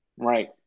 right